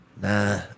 Nah